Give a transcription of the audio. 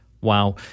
Wow